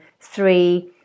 three